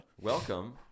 Welcome